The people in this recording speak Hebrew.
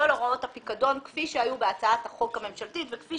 הוראות הפיקדון כפי שהיו בהצעת החוק הממשלתית וכפי